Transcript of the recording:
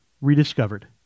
rediscovered